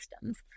systems